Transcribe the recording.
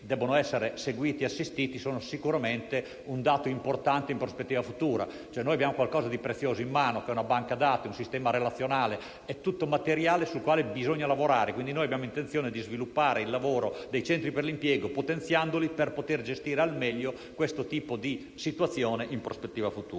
devono essere seguiti o assistiti, sono sicuramente un dato importante, in prospettiva futura. Noi abbiamo, cioè, qualcosa di prezioso in mano: una banca dati, un sistema relazionale, che è tutto materiale, sul quale bisogna lavorare. Quindi, abbiamo intenzione di sviluppare il lavoro dei centri per l'impiego potenziandoli, per poter gestire al meglio questo tipo di situazione in prospettiva futura.